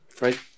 right